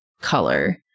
color